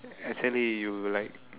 actually you like